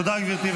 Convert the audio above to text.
תודה, גברתי.